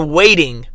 waiting